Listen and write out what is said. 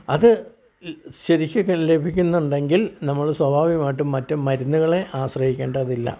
അത് ശരിക്ക് ലഭിക്കുന്നുണ്ടെങ്കിൽ നമ്മൾ സ്വാഭാവികമായിട്ടും മറ്റു മരുന്നുകളെ ആശ്രയിക്കേണ്ടതില്ല